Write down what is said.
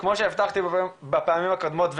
וכמו שהבטחתי בפעמים הקודמות,